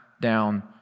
down